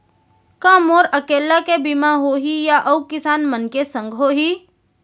का मोर अकेल्ला के बीमा होही या अऊ किसान मन के संग होही?